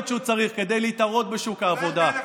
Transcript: שהוא צריך כדי להתערות בשוק העבודה.